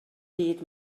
byd